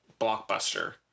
blockbuster